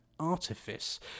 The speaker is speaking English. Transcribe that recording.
artifice